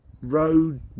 Road